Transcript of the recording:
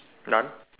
done